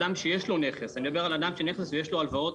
אדם שיש לו נכס ויש לו הלוואות,